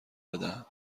بدهم